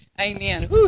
Amen